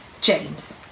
James